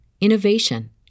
innovation